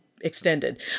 extended